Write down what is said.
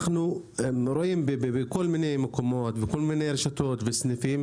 אנחנו רואים בכל מיני מקומות ובכל מיני רשתות וסניפים